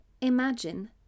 imagine